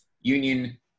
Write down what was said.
Union